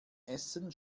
essen